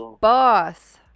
boss